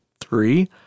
three